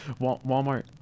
Walmart